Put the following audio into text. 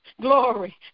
Glory